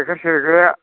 गाइखेर सेरग्राया